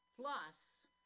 Plus